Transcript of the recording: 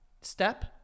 Step